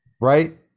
Right